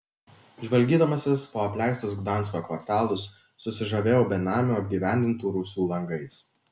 žvalgydamasis po apleistus gdansko kvartalus susižavėjau benamių apgyvendintų rūsių langais